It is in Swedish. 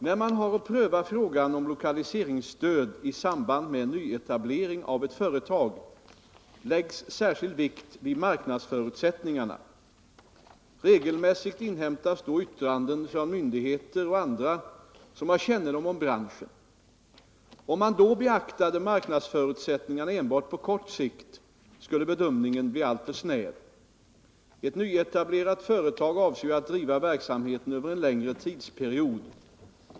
När man har att pröva frågan om lokaliseringsstöd i samband med nyetablering av ett företag läggs särskild vikt vid marknadsförutsättningarna. Regelmässigt inhämtas då yttranden från myndigheter och andra som har kännedom om branschen. Om man då beaktade marknadsförutsättningarna enbart på kort sikt skulle bedömningen bli alltför snäv. Ett nyetablerat företag avser ju att driva verksamheten över en längre tidsperiod.